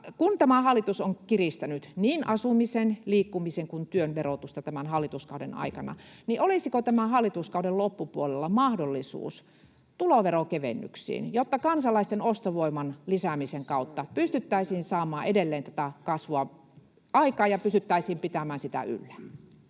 Kun tämä hallitus on kiristänyt niin asumisen, liikkumisen kuin työn verotusta tämän hallituskauden aikana, niin olisiko tämän hallituskauden loppupuolella mahdollisuus tuloverokevennyksiin, jotta kansalaisten ostovoiman lisäämisen kautta pystyttäisiin saamaan edelleen tätä kasvua aikaan ja pystyttäisiin pitämään sitä yllä?